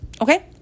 Okay